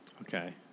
Okay